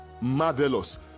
marvelous